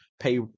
pay